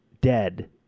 dead